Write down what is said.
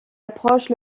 approche